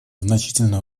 значительный